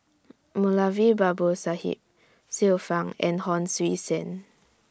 Moulavi Babu Sahib Xiu Fang and Hon Sui Sen